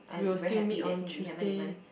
we'll still meet on Tuesday